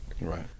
Right